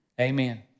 Amen